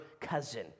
cousin